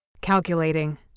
Calculating